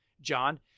John